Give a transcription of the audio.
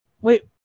Wait